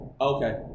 okay